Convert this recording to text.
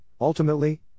ultimately